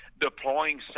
deploying